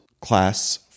class